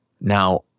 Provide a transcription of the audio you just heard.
Now